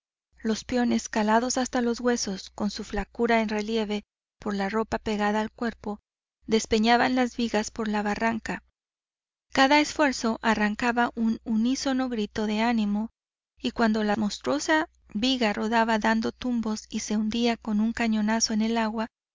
los peones calados hasta los huesos con su flacura en relieve por la ropa pegada al cuerpo despeñaban las vigas por la barranca cada esfuerzo arrancaba un unísono grito de ánimo y cuando la monstruosa viga rodaba dando tumbos y se hundía con un cañonazo en el agua